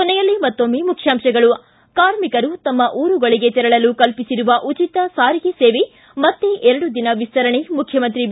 ಕೊನೆಯಲ್ಲಿ ಮತ್ತೊಮ್ಮೆ ಮುಖ್ಯಾಂಶಗಳು ಿ ಕಾರ್ಮಿಕರು ತಮ್ಮ ಊರುಗಳಿಗೆ ತೆರಳಲು ಕಲ್ಪಿಸಿರುವ ಉಚಿತ ಸಾರಿಗೆ ಸೇವೆ ಮತ್ತೆ ಎರಡು ದಿನ ವಿಸ್ತರಣೆ ಮುಖ್ಯಮಂತ್ರಿ ಬಿ